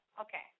okay